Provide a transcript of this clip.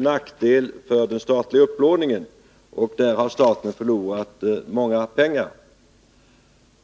nackdel för den statliga upplåningen och att staten där har förlorat mycket pengar.